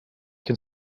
can